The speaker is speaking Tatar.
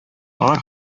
алар